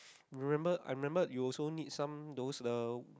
remember I remember you also need some those the